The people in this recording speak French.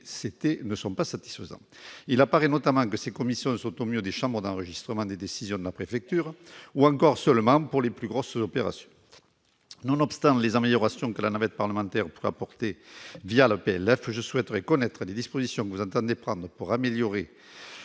ne sont pas satisfaisants. Il apparaît notamment que ces commissions sont, au mieux, des chambres d'enregistrement des décisions de la préfecture, et encore, seulement pour les plus grosses opérations. Nonobstant les améliorations que la navette parlementaire pourra apporter, le projet de loi de finances, je souhaite connaître les dispositions que vous entendez prendre pour améliorer